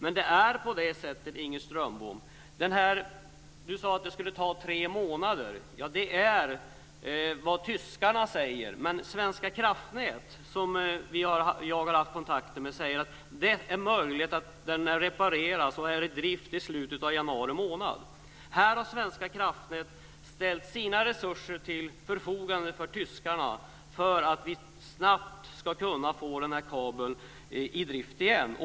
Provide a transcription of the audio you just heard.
Inger Strömbom sade att det skulle ta tre månader att reparera den. Det är vad tyskarna säger. Men Svenska kraftnät, som jag har haft kontakt med, säger att den kan repareras och vara i drift i slutet av januari månad. Svenska kraftnät har ställt sina resurser till tyskarnas förfogande för att vi snabbt ska kunna få den här kabeln i drift igen.